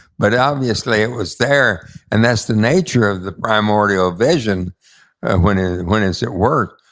but obviously it was there and that's the nature of the primordial vision when ah when it's at work.